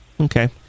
Okay